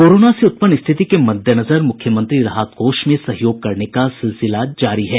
corona से उत्पन्न स्थिति के मद्देनजर मुख्यमंत्री राहत कोष में सहयोग करने का सिलसिला जारी है